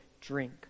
drink